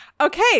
Okay